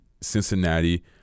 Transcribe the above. Cincinnati